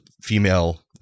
female